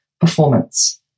performance